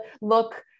look